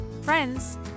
friends